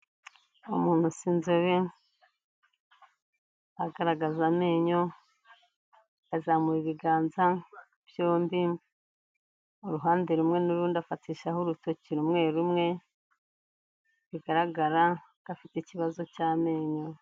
Umuntu usa inzebe, agaragaza amenyo azamuye ibiganza byombi, uruhande rumwe n'urundi afatishaho urutoki rumwe rumwe, bigaragara ko afite ikibazo cy'amenyo.